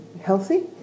healthy